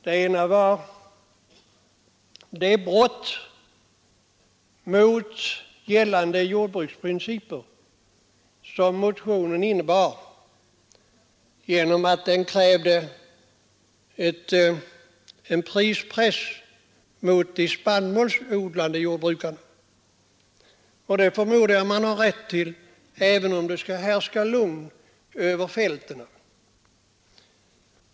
Den ena var det brott mot gällande jordbruksprinciper som motionen innebar genom att den krävde en prispress mot de spannmålsodlande jordbrukarna. Det förmodar jag man har rätt till, även om det skall härska lugn över fälten.